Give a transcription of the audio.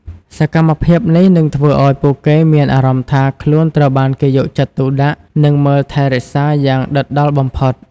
សកម្មភាពនេះនឹងធ្វើឲ្យពួកគេមានអារម្មណ៍ថាខ្លួនត្រូវបានគេយកចិត្តទុកដាក់និងមើលថែរក្សាយ៉ាងដិតដល់បំផុត។